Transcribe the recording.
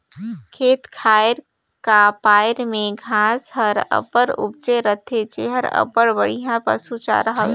खेत खाएर का पाएर में घांस हर अब्बड़ उपजे रहथे जेहर अब्बड़ बड़िहा पसु चारा हवे